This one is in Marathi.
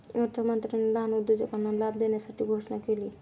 अर्थमंत्र्यांनी लहान उद्योजकांना लाभ देण्यासाठी घोषणा केली